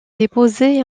déposé